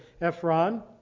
Ephron